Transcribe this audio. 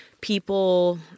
people –